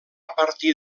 partir